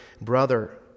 brother